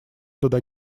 туда